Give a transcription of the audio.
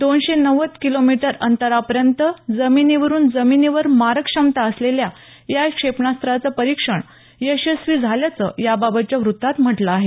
दोनशे नव्वद किलोमीटर अंतरापर्यंत जमिनीवरून जमिनीवर मारक क्षमता असलेल्या या क्षेपणास्त्राचं परीक्षण यशस्वी झाल्याचं याबाबतच्या वृत्तात म्हटलं आहे